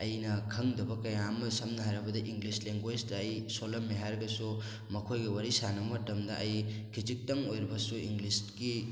ꯑꯩꯅ ꯈꯪꯗꯕ ꯀꯌꯥ ꯑꯃ ꯁꯝꯅ ꯍꯥꯏꯔꯕꯗ ꯏꯪꯂꯤꯁ ꯂꯦꯡꯒꯣꯏꯁꯇ ꯑꯩ ꯁꯣꯜꯂꯝꯃꯦ ꯍꯥꯏꯔꯒꯁꯨ ꯃꯈꯣꯏꯒ ꯋꯥꯔꯤ ꯁꯥꯟꯅꯕ ꯃꯇꯝꯗ ꯑꯩ ꯈꯖꯤꯛꯇꯪ ꯑꯣꯏꯔꯕꯁꯨ ꯏꯪꯂꯤꯁꯀꯤ